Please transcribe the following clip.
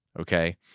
Okay